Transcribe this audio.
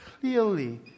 clearly